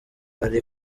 ari